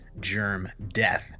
GermDeath